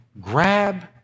grab